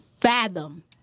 fathom